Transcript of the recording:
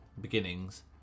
...beginnings